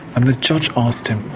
and the judge asked him,